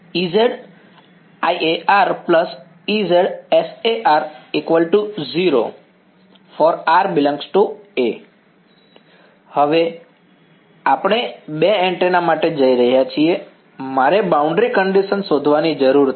Ez iA Ez sA 0 for r ∈ A હવે આપણે બે એન્ટેના માટે જઈ રહ્યા છીએ મારે બાઉન્ડ્રી કંડીશન શોધવાની જરૂર છે